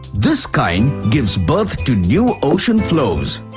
this kind gives birth to new ocean floors.